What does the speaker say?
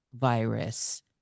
virus